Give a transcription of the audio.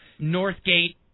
Northgate